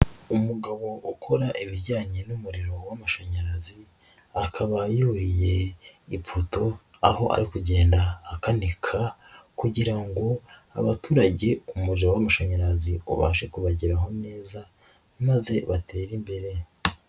Umugabo ukora ibijyanye n'umuriro w'amashanyarazi, akaba yuriye ipoto aho ari kugenda akanika kugira ngo abaturage umuriro w'amashanyarazi ubashe kubageraho neza maze batere imbere.